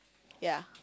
ya